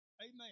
Amen